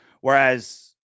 whereas